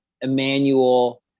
Emmanuel